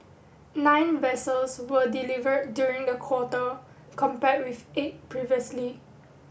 nine vessels were delivered during the quarter compared with eight previously